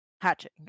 hatching